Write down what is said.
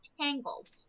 tangled